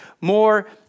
more